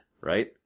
right